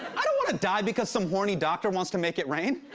i don't want to die because some horny doctor wants to make it rain.